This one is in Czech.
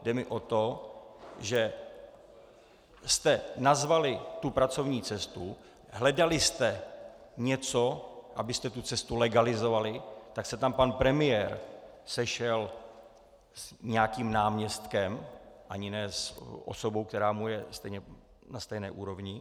Jde mi o to, že jste nazvali tu pracovní cestu, hledali jste něco, abyste tu cestu legalizovali, tak se tam pan premiér sešel s nějakým náměstkem, ani ne s osobou, která je s ním na stejné úrovni.